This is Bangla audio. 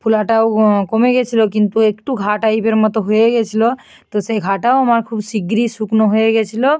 ফোলাটাও কমে গিয়েছিল কিন্তু একটু ঘা টাইপের মতো হয়ে গিয়েছিল তো সেই ঘাটাও আমার খুব শিগগিরই শুকনো হয়ে গিয়েছিল